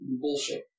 Bullshit